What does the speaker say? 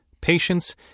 patience